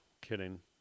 kidding